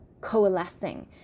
coalescing